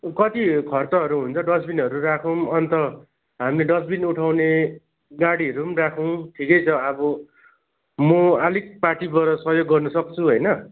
कति खर्चहरू हुन्छ डस्टबिनहरू राखौँ अन्त हामी डस्टबिन उठाउने गाडीहरू पनि राखौँ ठिकै छ अब म अलिक पार्टीबाट सहयोग गर्नुसक्छु होइन